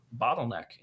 bottleneck